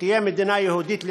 ותהיה מדינה יהודית לתפארת,